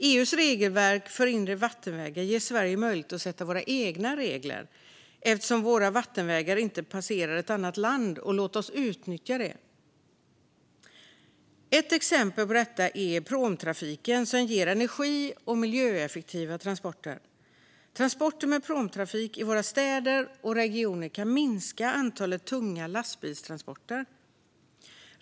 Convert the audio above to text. EU:s regelverk för inre vattenvägar ger oss i Sverige möjlighet att sätta våra egna regler eftersom våra vattenvägar inte passerar ett annat land. Låt oss utnyttja det. Ett exempel är pråmtrafiken, som ger energi och miljöeffektiva transporter. Transporter med pråmtrafik i våra städer och regioner kan minska antalet tunga lastbilstransporter.